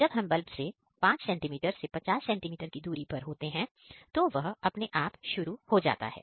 जब हम बल्ब से 5cm से 50cm की दूरी पर होते हैं तो वह है अपने आप शुरू हो जाता है